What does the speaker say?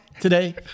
today